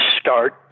start